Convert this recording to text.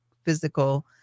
Physical